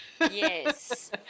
Yes